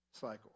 cycle